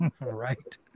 Right